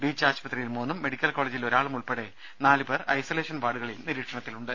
beach ആശുപത്രിയിൽ മൂന്നും മെഡിക്കൽ കോളേജിൽ ഒരാളും ഉൾപ്പെടെ നാലുപേർ ഐസൊലേഷൻ വാർഡുകളിൽ നിരീക്ഷണത്തിലുണ്ട്